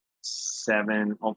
seven